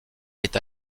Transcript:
est